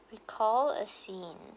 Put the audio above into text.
recall a scene